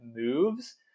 moves